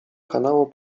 kanału